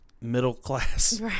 middle-class